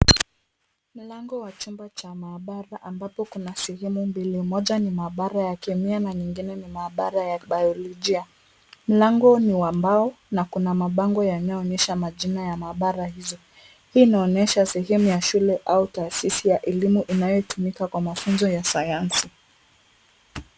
Mlango wa chumba cha maabara ambacho kuna sehemu mbili. Moja ni maabara ya kemia na nyingine ni maabara ya biolojia. Mlango ni wa mbao na kuna mabango yanayoonyesha majina ya maabara hizo. Hii inaonyesha sehemu ya shule au taasisi ya elimu inayotumika kwa mafunzo ya sayansi.